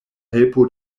helpo